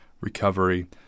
recovery